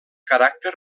caràcter